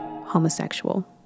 homosexual